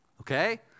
Okay